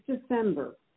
December